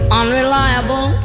unreliable